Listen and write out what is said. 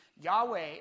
Yahweh